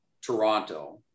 toronto